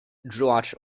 george